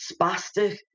spastic